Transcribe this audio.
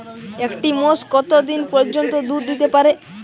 একটি মোষ কত দিন পর্যন্ত দুধ দিতে পারে?